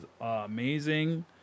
amazing